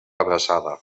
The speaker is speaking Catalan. abraçada